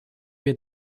wir